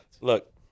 Look